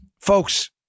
Folks